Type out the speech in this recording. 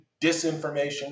disinformation